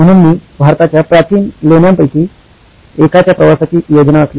म्हणून मी भारताच्या प्राचीन लेण्यांपैकी एकाच्या प्रवासाची योजना आखली